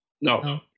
No